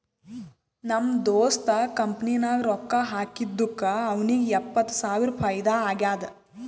ನಮ್ ದೋಸ್ತ್ ಕಂಪನಿ ನಾಗ್ ರೊಕ್ಕಾ ಹಾಕಿದ್ದುಕ್ ಅವ್ನಿಗ ಎಪ್ಪತ್ತ್ ಸಾವಿರ ಫೈದಾ ಆಗ್ಯಾದ್